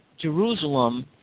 Jerusalem